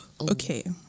Okay